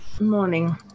Morning